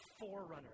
forerunner